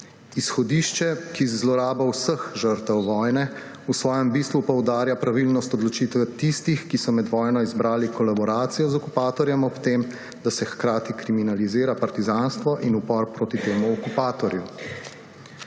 Izhodišče, ki je zloraba vseh žrtev vojne, v svojem bistvu poudarja pravilnost odločitve tistih, ki so med vojno izbrali kolaboracijo z okupatorjem ob tem, da se hkrati kriminalizira partizanstvo in upor proti temu okupatorju.